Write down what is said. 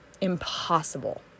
Impossible